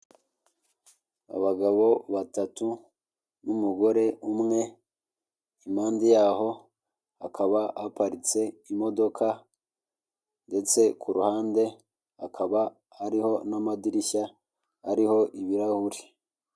Abagabo batatu n'umugore umwe, impande yaho akaba ahaparitse imodoka ndetse ku ruhande akaba ariho n'amadirishya ariho ibirahuri..